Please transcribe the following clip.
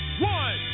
one